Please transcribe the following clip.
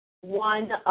one